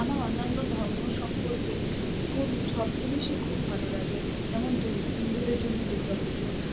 আমার অন্যান্য ধর্ম সম্পর্কে খুব সব জিনিসই খুব ভালো লাগে যেমন হিন্দুদের জন্য দুর্গা পুজো